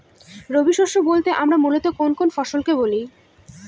রবি শস্য বলতে আমরা মূলত কোন কোন ফসল কে বলি?